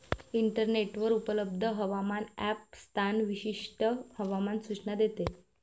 इंटरनेटवर उपलब्ध हवामान ॲप स्थान विशिष्ट हवामान सूचना देते